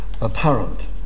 apparent